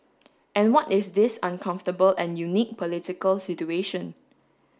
and what is this uncomfortable and unique political situation